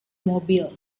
mobil